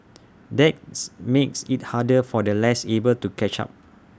that's makes IT harder for the less able to catch up